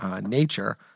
nature